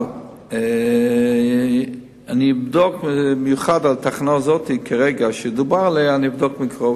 אבל אני אבדוק מקרוב במיוחד את התחנה הזאת שדובר עליה כרגע.